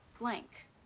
blank